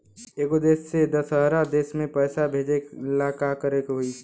एगो देश से दशहरा देश मे पैसा भेजे ला का करेके होई?